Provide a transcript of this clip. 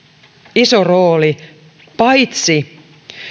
iso rooli paitsi